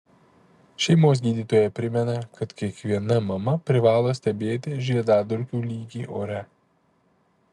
šeimos gydytoja primena kad kiekviena mama privalo stebėti žiedadulkių lygį ore